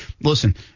listen